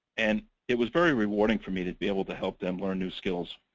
and it was very rewarding for me to be able to help them learn new skills.